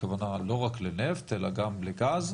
הכוונה לא רק לנפט אלא גם לגז.